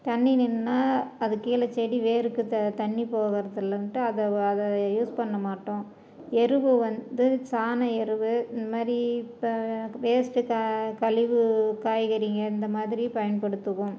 தண்ணி நின்றா அதுக்கு கீழே செடி வேருக்கு த தண்ணி போகிறதில்லன்ட்டு அதை அதை யூஸ் பண்ணமாட்டோம் எரு வந்து சாண எரு இந்த மாதிரி இப்போ வேஸ்ட்டு க கழிவு காய்கறிங்கள் இந்த மாதிரி பயன்படுத்துவோம்